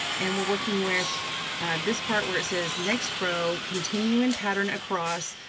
and we're working with this part where it says, next row, continuing pattern across,